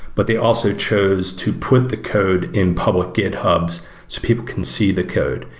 but they also chose to put the code in public githubs so people can see the code.